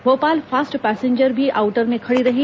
Bhopal fast passenger भी outer में खड़ी रही